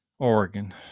Oregon